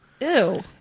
Ew